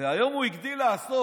והיום הוא הגדיל לעשות.